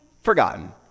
forgotten